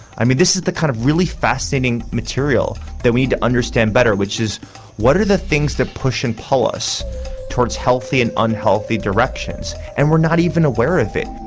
i mean this is the kind of really fascinating material that we need to understand better, which is what are the things that push and pull us towards healthy and unhealthy directions and we're not even aware of it.